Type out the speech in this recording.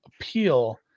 appeal